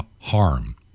harm